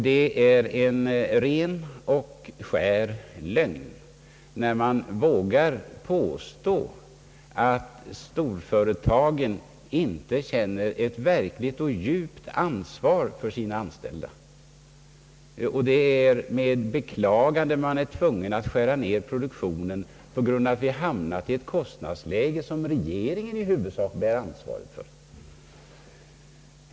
Det är en ren och skär lögn, när man vågar påstå att storföretagen inte känner ett verkligt och djupt ansvar för sina anställda. Det är med beklagande man inom näringslivet ibland ser sig tvungen att skära ned produktionen på grund av att vi hamnat i ett kostnadsläge, som regeringen i huvudsak bär ansvaret för.